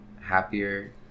happier